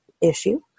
issue